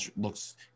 looks